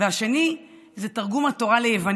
והשני זה תרגום התורה ליוונית.